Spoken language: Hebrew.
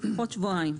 לפחות שבועיים.